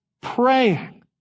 praying